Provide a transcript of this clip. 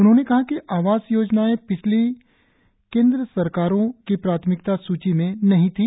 उन्होंने कहा कि आवास योजनाएं पिछली केन्द्र सरकारों की प्राथमिकता सूची में नहीं थी